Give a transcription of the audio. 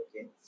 okay